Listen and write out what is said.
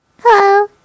Hello